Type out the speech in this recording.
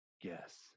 Yes